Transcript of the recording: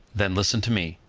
then listen to me